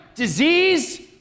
Disease